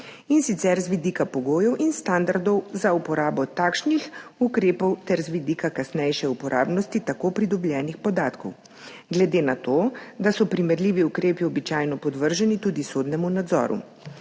in sicer z vidika pogojev in standardov za uporabo takšnih ukrepov ter z vidika kasnejše uporabnosti tako pridobljenih podatkov, glede na to, da so primerljivi ukrepi običajno podvrženi tudi sodnemu nadzoru.